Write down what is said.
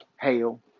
hail